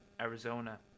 Arizona